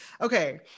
Okay